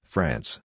France